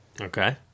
Okay